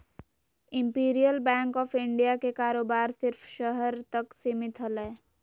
imperial Bank of India के कारोबार सिर्फ़ शहर तक सीमित हलय